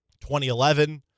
2011